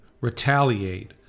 retaliate